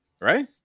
Right